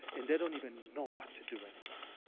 and they don't even know what to do anymore.